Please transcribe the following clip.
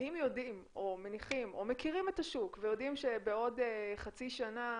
אם יודעים או מניחים או מכירים את השוק ויודעים שבעוד חצי שנה,